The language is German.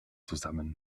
zusammen